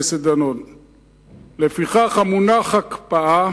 לפיכך, המונח "הקפאה"